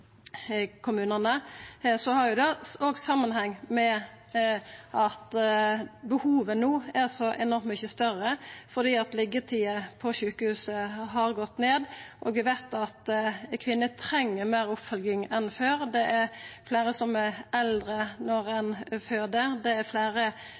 kommunane, har jo det òg samanheng med at behovet no er så enormt mykje større fordi liggjetida på sjukehusa har gått ned. Og eg veit at kvinner treng meir oppfølging enn før, det er fleire som er eldre når